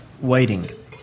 Waiting